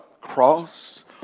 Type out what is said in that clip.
cross